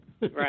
Right